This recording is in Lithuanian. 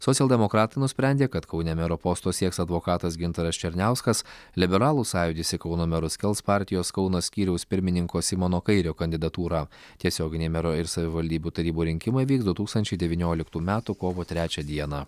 socialdemokratai nusprendė kad kaune mero posto sieks advokatas gintaras černiauskas liberalų sąjūdis į kauno merus kels partijos kauno skyriaus pirmininko simono kairio kandidatūrą tiesioginiai mero ir savivaldybių tarybų rinkimai vyks du tūkstančiai devynioliktų metų kovo trečią dieną